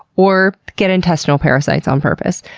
or get intestinal parasites on purpose,